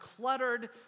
cluttered